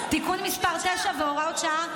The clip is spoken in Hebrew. (מזון) (תיקון מס' 9 והוראת שעה)